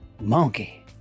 Monkey